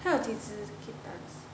她有几只 kittens